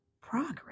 progress